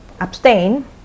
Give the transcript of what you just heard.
abstain